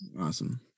Awesome